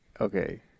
Okay